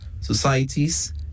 societies